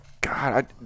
God